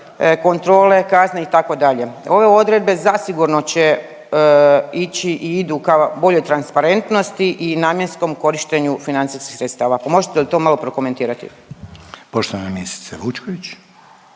kontrole, kazne itd., ove odredbe zasigurno će ići i idu ka boljoj transparentnosti i namjenskom korištenju financijskih sredstava, pa možete li to malo prokomentirati. **Reiner, Željko